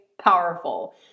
powerful